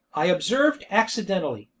i observed accidentally,